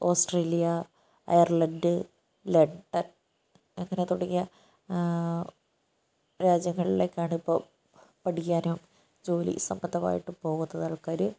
Australia Ireland London അങ്ങനെ തുടങ്ങിയ രാജ്യങ്ങളിലേക്കാണ് ഇപ്പൊൾ പഠിക്കാനും ജോലി സംബന്ധമായിട്ടും പോകുന്നത് ആൾക്കാര്